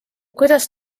kuidas